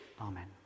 Amen